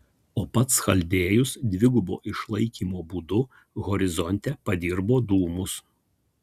o pats chaldėjus dvigubo išlaikymo būdu horizonte padirbo dūmus